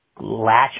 latch